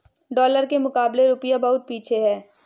dollar के मुकाबले रूपया बहुत पीछे है